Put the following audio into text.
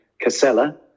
Casella